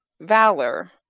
valor